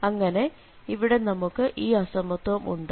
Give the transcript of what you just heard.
അങ്ങനെ ഇവിടെ നമുക്ക് ഈ അസമത്വം ഉണ്ട്